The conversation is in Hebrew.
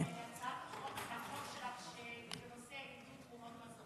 דיברנו על הצעת החוק שלך בנושא תרומות מזון.